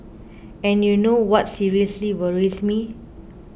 and you know what seriously worries me